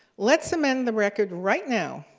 let's amend the record right now,